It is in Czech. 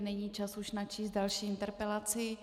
Není čas už načíst další interpelaci.